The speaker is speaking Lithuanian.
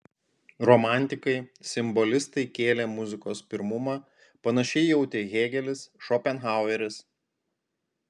romantikai simbolistai kėlė muzikos pirmumą panašiai jautė hėgelis šopenhaueris